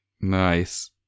Nice